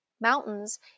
mountains